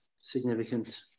significant